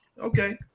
Okay